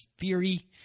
theory